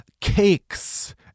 cakes